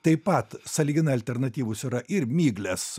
taip pat sąlyginai alternatyvūs yra ir miglės